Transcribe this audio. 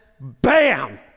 bam